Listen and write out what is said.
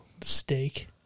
steak